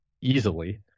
easily